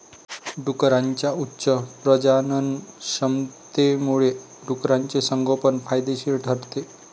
डुकरांच्या उच्च प्रजननक्षमतेमुळे डुकराचे संगोपन फायदेशीर ठरते